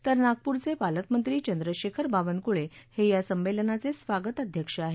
तर नागपूरचे पालकमंत्री चंद्रशेखर बावनकुळे हे या संमेलनाचे स्वागताध्यक्ष आहेत